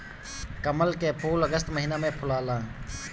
कमल के फूल अगस्त महिना में फुलाला